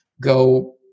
go